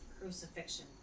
crucifixion